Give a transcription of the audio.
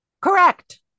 Correct